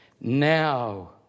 Now